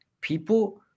people